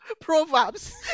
proverbs